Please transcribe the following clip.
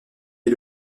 est